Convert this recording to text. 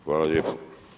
Hvala lijepo.